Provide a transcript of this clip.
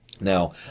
Now